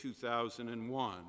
2001